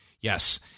Yes